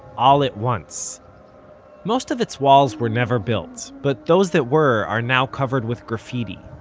all at once most of its walls were never built, but those that were are now covered with graffiti.